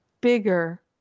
bigger